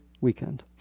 weekend